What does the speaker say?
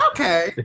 Okay